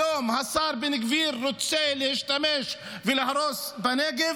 היום השר בן גביר רוצה להשתמש ולהרוס בנגב,